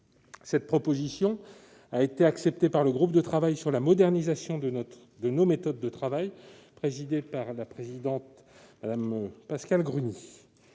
Cette proposition a été acceptée par le groupe de travail sur la modernisation de nos méthodes de travail, présidé par Mme Pascale Gruny,